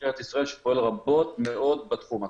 משטרת ישראל שפועלת רבות מאוד בתחום הזה.